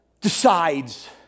decides